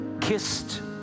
Kissed